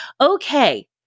Okay